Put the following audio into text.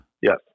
Yes